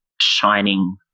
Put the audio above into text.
shining